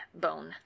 bone